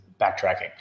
backtracking